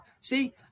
see